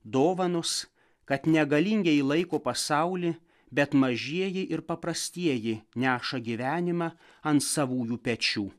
dovanos kad ne galingieji laiko pasaulį bet mažieji ir paprastieji neša gyvenimą ant savųjų pečių